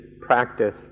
practice